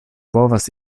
povas